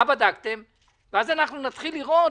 ואז נתחיל לראות